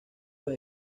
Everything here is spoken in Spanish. los